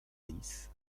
dix